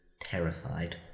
terrified